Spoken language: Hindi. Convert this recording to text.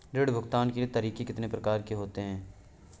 ऋण भुगतान के तरीके कितनी प्रकार के होते हैं?